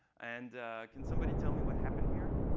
and can somebody tell me what happened here?